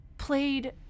played